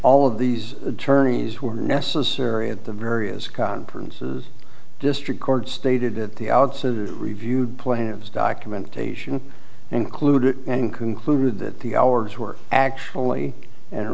all of these attorneys were necessary at the various conferences district court stated that the review plans documentation included and concluded that the hours were actually a